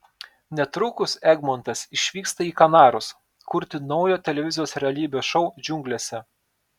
netrukus egmontas išvyksta į kanarus kurti naujo televizijos realybės šou džiunglėse